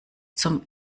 zum